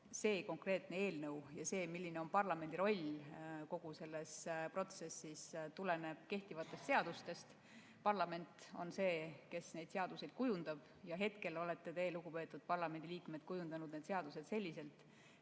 see konkreetne eelnõu ja see, milline on parlamendi roll kogu selles protsessis, tuleneb kehtivatest seadustest. Parlament on see, kes seaduseid kujundab, ja praegu olete teie, lugupeetud parlamendiliikmed, kujundanud need seadused, mis selle